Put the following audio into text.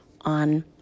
on